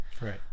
Right